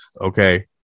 okay